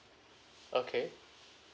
okay